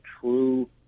true